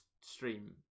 stream